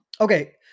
okay